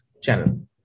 channel